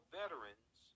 veterans